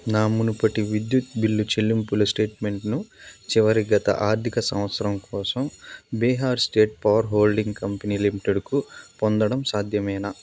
నా మునుపటి విద్యుత్ బిల్లు చెల్లింపుల స్టేట్మెంట్ను చివరి గత ఆర్థిక సంవత్సరం కోసం Bihar state power holding company లిమిటెడ్కు పొందడం సాధ్యమేనా